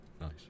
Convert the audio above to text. Nice